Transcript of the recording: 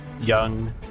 young